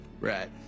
Right